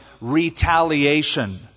retaliation